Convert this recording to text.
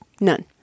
None